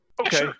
okay